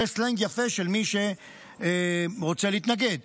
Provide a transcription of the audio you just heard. זה סלנג יפה של מי שרוצה להתנגד.